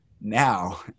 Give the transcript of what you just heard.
now